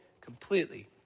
completely